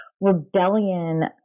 rebellion